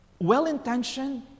Well-intentioned